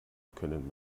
können